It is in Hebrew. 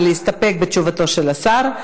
זה להסתפק בתשובתו של השר,